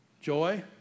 Joy